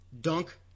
dunk